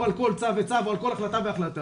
על כל צו וצו או על כל החלטה והחלטה,